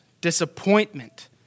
disappointment